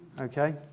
Okay